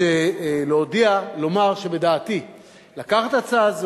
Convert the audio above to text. להודיע שבדעתי לקחת את ההצעה הזאת,